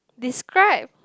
describe